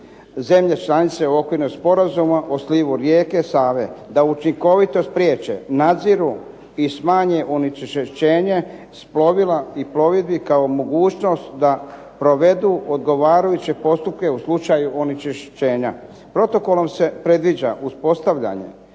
zemlje članice Okvirnog sporazuma o slivu rijeke Save da učinkovito spriječe, nadziru i smanje onečišćenje plovila i plovidbi kao mogućnost da provedu odgovarajuće postupke u slučaju onečišćenja. Protokolom se predviđa uspostavljanje